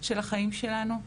של החיים שלנו,